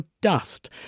dust